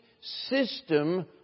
system